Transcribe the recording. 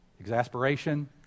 exasperation